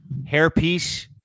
Hairpiece